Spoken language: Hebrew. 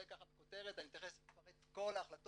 זה בכותרת אני מיד אפרט את כל ההחלטות